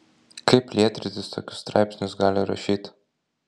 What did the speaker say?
kaip lietrytis tokius straipsnius gali rašyt